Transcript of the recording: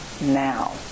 now